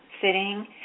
sitting